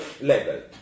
level